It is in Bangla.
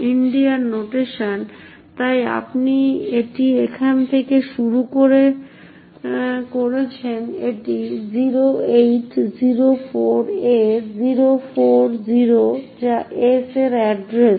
ইন্ডিয়ান নোটেশনে তাই আপনি এটি এখান থেকে শুরু করে করেছেন এটি 0804a040 যা s এর এড্রেস